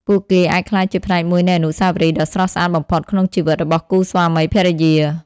ពួកគេអាចក្លាយជាផ្នែកមួយនៃអនុស្សាវរីយ៍ដ៏ស្រស់ស្អាតបំផុតក្នុងជីវិតរបស់គូស្វាមីភរិយា។